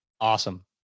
Awesome